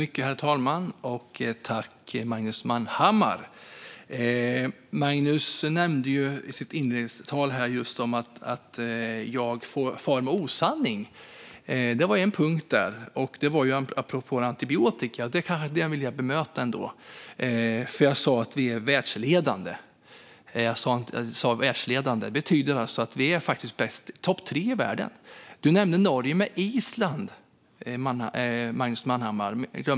Herr talman! Jag vill tacka Magnus Manhammar. Magnus nämnde i en punkt i sin inledning att jag far med osanning när det gäller antibiotika. Det vill jag bemöta. Jag sa att vi är världsledande. Det betyder att vi är bland de bästa. Vi är topp tre i världen. Du nämnde Norge, men du glömde Island, Magnus Manhammar.